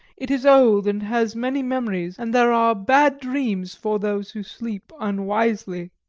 it is old, and has many memories, and there are bad dreams for those who sleep unwisely.